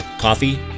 coffee